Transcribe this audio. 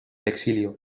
exilio